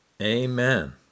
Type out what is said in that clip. Amen